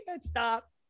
Stop